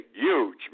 huge